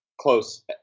close